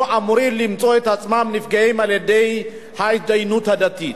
אמורים למצוא את עצמם נפגעים על-ידי ההתדיינות הדתית.